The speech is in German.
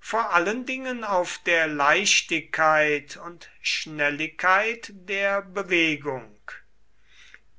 vor allen dingen auf der leichtigkeit und schnelligkeit der bewegung